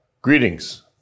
Greetings